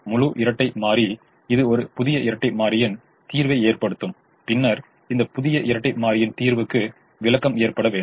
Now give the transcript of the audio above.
முழு இரட்டை மாறி இது ஒரு புதிய இரட்டை மாறியின் தீர்வை ஏற்படுத்தும் பின்னர் அந்த புதிய இரட்டை மாறியின் தீர்வுக்கு விளக்கம் ஏற்பட வேண்டும்